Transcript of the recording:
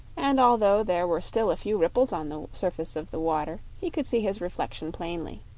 and although there were still a few ripples on the surface of the water he could see his reflection plainly.